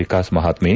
Vikas Mahatme